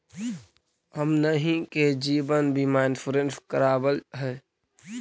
हमनहि के जिवन बिमा इंश्योरेंस करावल है?